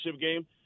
game